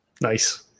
Nice